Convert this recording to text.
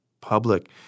public